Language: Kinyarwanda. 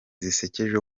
zisekeje